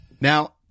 Now